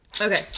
okay